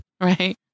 right